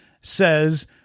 says